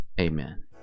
Amen